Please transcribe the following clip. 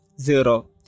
zero